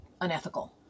unethical